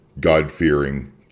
God-fearing